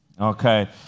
Okay